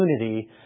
opportunity